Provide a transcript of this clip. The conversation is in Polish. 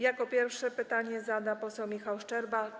Jako pierwszy pytanie zada poseł Michał Szczerba.